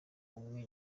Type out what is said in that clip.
umwe